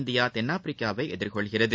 India தென்னாப்பிரிக்காவை எதிர்கொள்கிறது